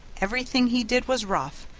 everything he did was rough,